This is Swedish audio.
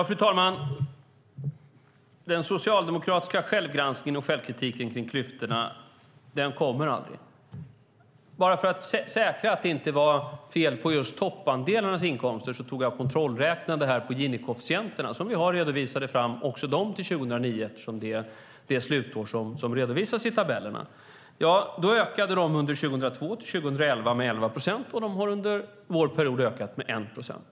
Fru talman! Den socialdemokratiska självgranskningen och självkritiken kring klyftorna kommer aldrig. Bara för att säkra att det inte var fel på just toppinkomsternas andel kontrollräknade jag på Gini-koefficienterna som också är redovisade fram till 2009, eftersom det är det slutår som redovisas i tabellerna. Gini-koefficienterna ökade från 2002 till 2011 med 11 procent. Under vår period har de ökat med 1 procent.